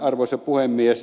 arvoisa puhemies